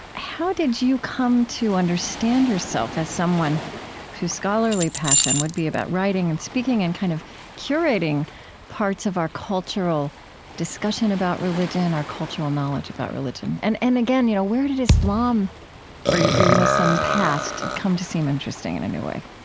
how did you come to understand yourself as someone whose scholarly passion would be about writing and speaking, and kind of curating parts of our cultural discussion about religion, our cultural knowledge about religion? and and again, you know where did islam or your muslim past, and come to seem interesting in a new way?